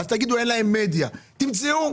אז תגידו שאין להם מדיה תמצאו.